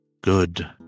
good